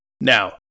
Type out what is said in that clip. Now